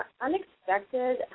unexpected